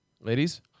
ladies